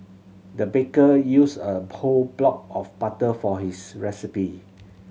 the baker used a plod block of butter for this recipe